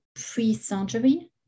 Pre-surgery